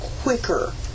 quicker